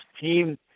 team